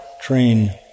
train